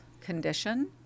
condition